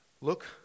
Look